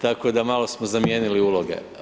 Tako da malo smo zamijenili uloge.